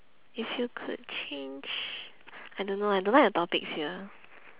if you could change I don't know I don't like the topics here